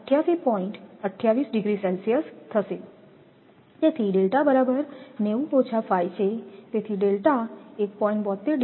તેથી બરાબર છેતેથી ડેલ્ટા 1